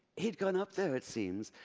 he'd gone up there, it seems,